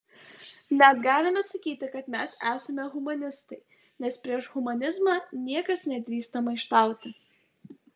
net galime sakyti kad mes esame humanistai nes prieš humanizmą niekas nedrįsta maištauti